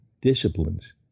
disciplines